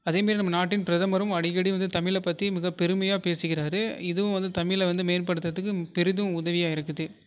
அதே மாரி நம்ம நாட்டின் பிரதமரும் அடிக்கடி வந்து தமிழை பற்றி மிகப்பெருமையாக பேசிகிறார் இதுவும் வந்து தமிழை வந்து மேன்படுத்துகிறதுக்கு பெரிதும் உதவியாக இருக்குது